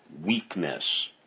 weakness